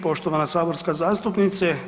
Poštovana saborska zastupnice.